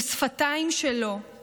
ושפתיים / שלא /